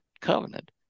covenant